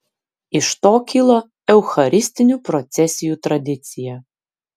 iš to kilo eucharistinių procesijų tradicija